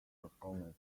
performances